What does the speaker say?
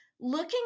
looking